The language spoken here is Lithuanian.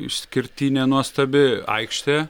išskirtinė nuostabi aikštė